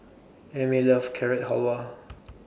Amie loves Carrot Halwa